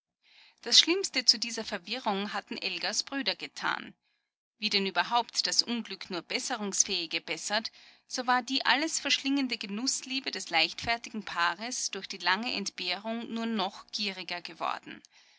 das schlimmste zu dieser verwirrung hatten elgas brüder getan wie denn überhaupt das unglück nur besserungsfähige bessert so war die alles verschlingende genußliebe des leichtfertigen paares durch die lange entbehrung nur noch gieriger geworden